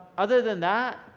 other than that,